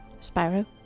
Spyro